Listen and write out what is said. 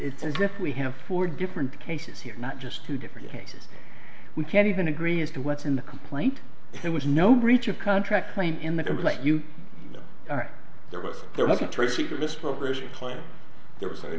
it's as if we have four different cases here not just two different cases we can't even agree as to what's in the complaint there was no breach of contract claim in the complaint you know they're both there was a